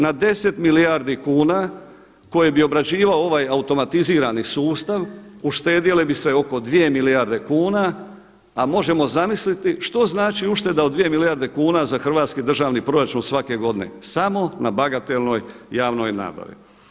Na 10 milijardi kuna koje bi obrađivao ovaj automatizirani sustav uštedjelo bi se oko 2 milijarde kuna, a možemo zamisliti što znači ušteda od 2 milijarde kuna za hrvatski državni proračun svaki godine samo na bagatelnoj javnoj nabavi.